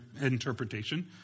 interpretation